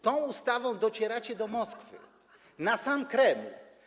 Tą ustawą docieracie do Moskwy, na sam Kreml.